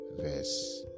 verse